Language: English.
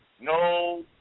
no